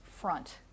front